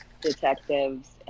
detectives